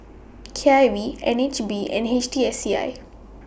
K I V N H B and H T S C I